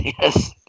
Yes